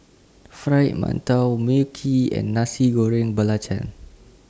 Fried mantou Mui Kee and Nasi Goreng